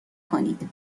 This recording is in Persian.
کنید